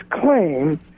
claim